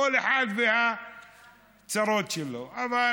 כל אחד והצרות שלו, אבל